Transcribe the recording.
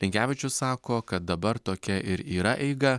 linkevičius sako kad dabar tokia ir yra eiga